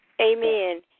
Amen